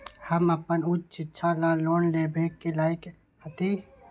हम अपन उच्च शिक्षा ला लोन लेवे के लायक हती?